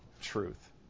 truth